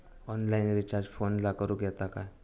Online recharge फोनला करूक येता काय?